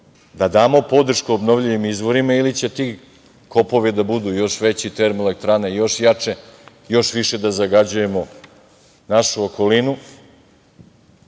da damo podršku obnovljivim izvorima ili će ti kopovi da budu još veći, termoelektrane još jače, još više da zagađujemo našu okolinu